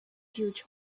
huge